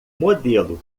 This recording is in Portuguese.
modelo